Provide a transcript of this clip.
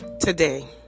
Today